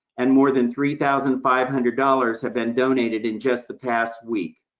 and more than three thousand five hundred dollars have been donated in just the past week.